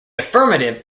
affirmative